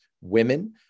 women